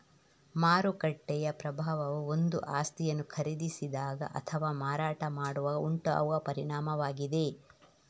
ಮಾರುಕಟ್ಟೆಯ ಪ್ರಭಾವವು ಒಂದು ಆಸ್ತಿಯನ್ನು ಖರೀದಿಸಿದಾಗ ಅಥವಾ ಮಾರಾಟ ಮಾಡುವಾಗ ಉಂಟಾಗುವ ಪರಿಣಾಮವಾಗಿದೆ